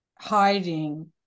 hiding